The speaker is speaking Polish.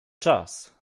czas